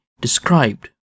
described